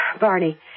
Barney